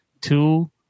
two